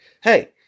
hey-